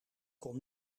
kon